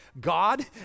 God